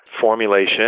formulation